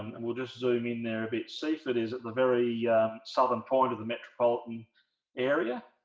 and we'll just zoom in there a bit seaford is at the very southern point of the metropolitan area